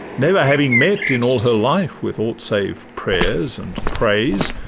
never having met in all her life with aught save prayers and praise